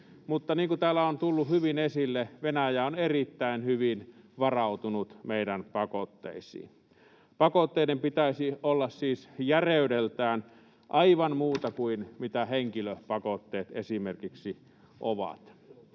mutta niin kuin täällä on tullut hyvin esille, Venäjä on erittäin hyvin varautunut meidän pakotteisiin. Pakotteiden pitäisi olla siis järeydeltään aivan muuta kuin mitä henkilöpakotteet esimerkiksi ovat.